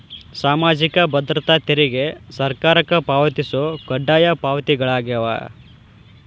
ಸಾಮಾಜಿಕ ಭದ್ರತಾ ತೆರಿಗೆ ಸರ್ಕಾರಕ್ಕ ಪಾವತಿಸೊ ಕಡ್ಡಾಯ ಪಾವತಿಗಳಾಗ್ಯಾವ